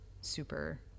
super